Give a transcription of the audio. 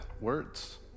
words